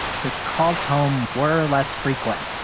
his calls home were less frequent,